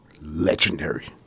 Legendary